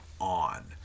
on